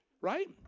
right